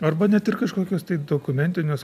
arba net ir kažkokius tai dokumentinius